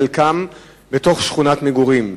חלקם בתוך שכונת מגורים,